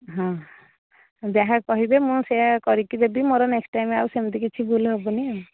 ହଁ ଯାହା କହିବେ ମୁଁ ସେହିଆ କରିକି ଦେବି ମୋର ନେକ୍ସଟ୍ ଟାଇମ୍ ଆଉ ସେମିତି କିଛି ଭୁଲ ହେବନି ଆଉ